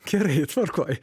gerai tvarkoj